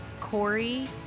Corey